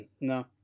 No